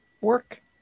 work